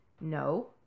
no